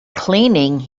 cleaning